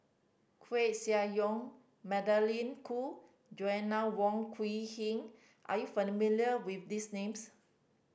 Koeh Sia Yong Magdalene Khoo Joanna Wong Quee Heng are you familiar with these names